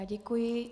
Děkuji.